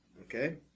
Okay